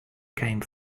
came